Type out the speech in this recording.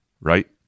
right